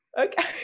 okay